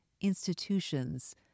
institutions